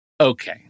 Okay